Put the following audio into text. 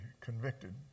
convicted